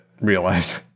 realized